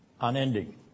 unending